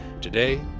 Today